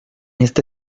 este